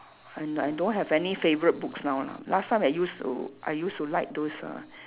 and I don't have any favorite books now lah last time I used to I used to like those uh